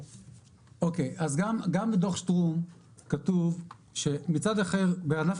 אז גם בדו"ח שטרום כתוב שמצד אחר בענף